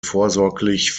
vorsorglich